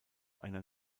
einer